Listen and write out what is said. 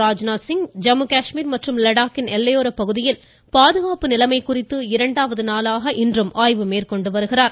ராஜ்நாத்சிங் ஜம்மு காஷ்மீர் மற்றும் லடாக்கின் எல்லையோர பகுதியில் பாதுகாப்பு நிலைமை குறித்து இரண்டாவது நாளாக இன்றும் ஆய்வு மேற்கொண்டு வருகிறார்